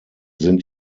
sind